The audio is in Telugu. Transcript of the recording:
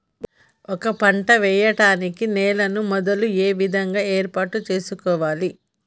ఒక పంట వెయ్యడానికి నేలను మొదలు ఏ విధంగా ఏర్పాటు చేసుకోవాలి?